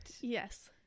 yes